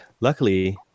Luckily